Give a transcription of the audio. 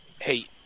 Hey